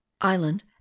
island